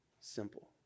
simple